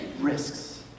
risks